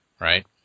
right